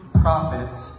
prophets